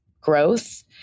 growth